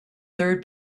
third